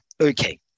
Okay